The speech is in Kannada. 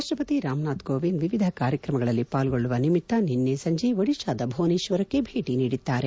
ರಾಷ್ಟ್ರಪತಿ ರಾಮನಾಥ್ ಕೋವಿಂದ್ ವಿವಿಧ ಕಾರ್ಯಕ್ರಮಗಳಲ್ಲಿ ಪಾಲ್ಗೊಳ್ಳುವ ನಿಮಿತ್ತ ನಿನ್ನೆ ಸಂಜೆ ಒದಿಶಾದ ಭುವನೇಶ್ವರಕ್ಕೆ ಭೇಟಿ ನೀಡಿದ್ದಾರೆ